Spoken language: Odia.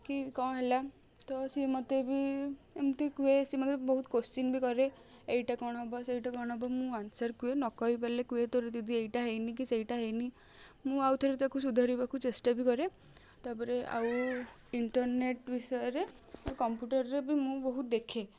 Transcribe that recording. କି କ'ଣ ହେଲା ତ ସିଏ ମତେ ବି ଏମିତି କୁହେ ସିଏ ମତେ ବହୁତ କୋସଚିନ୍ ବି କରେ ଏଇଟା କ'ଣ ହବ ସେଇଟା କ'ଣ ହବ ମୁଁ ଆନ୍ସର୍ କୁହେ ନ କହିପାରିଲେ କୁହେ ତୋର ଦିଦି ଏଇଟା ହେଇନି କି ସେଇଟା ହେଇନି ମୁଁ ଆଉଥରେ ତାକୁ ସୁଧାରିବାକୁ ଚେଷ୍ଟା ବି କରେ ତାପରେ ଆଉ ଇଣ୍ଟରନେଟ୍ ବିଷୟରେ ମୁଁ କମ୍ପ୍ୟୁଟରରେ ବି ମୁଁ ବହୁତ ଦେଖେ